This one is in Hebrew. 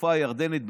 בתקופה הירדנית,